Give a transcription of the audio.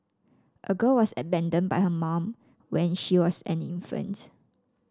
a girl was abandoned by her mom when she was an infant